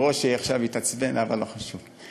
ברושי עכשיו יתעצבן, אבל לא חשוב.